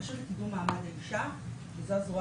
הרשות לקידום מעמד האישה זו הזרוע